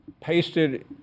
pasted